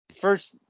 first